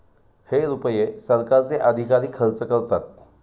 हे रुपये सरकारचे अधिकारी खर्च करतात